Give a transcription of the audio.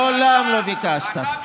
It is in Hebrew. מעולם לא ביקשת, כן.